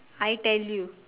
I tell you